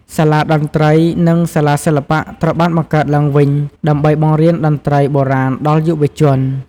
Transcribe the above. សាលាតន្ត្រី និងសាលាសិល្បៈត្រូវបានបង្កើតឡើងវិញ ដើម្បីបង្រៀនតន្ត្រីបុរាណដល់យុវជន។